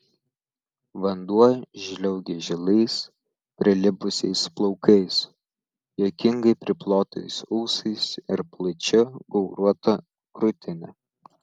vanduo žliaugė žilais prilipusiais plaukais juokingai priplotais ūsais ir plačia gauruota krūtine